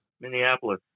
Minneapolis